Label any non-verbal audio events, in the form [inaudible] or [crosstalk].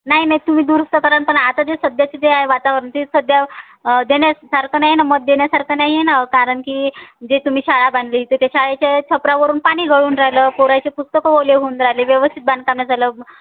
नाही नाही तुम्ही दुरुस्त कराल पण आता जे सध्याचे जे आहे वातावरण ते सध्या देण्यासारखं नाही ना मत देण्यासारखं नाही आहे ना कारण की जे तुम्ही शाळा बांधली तर ते शाळेच्या छपरावरून पाणी गळून राहिलं पोरायचे पुस्तकं ओले होऊन राहिले व्यवस्थित [unintelligible] झालं